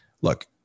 look